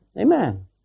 Amen